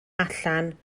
allan